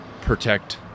protect